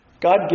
God